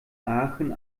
aachen